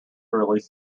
release